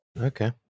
Okay